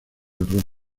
garros